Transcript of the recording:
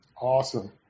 Awesome